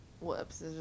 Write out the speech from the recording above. whoops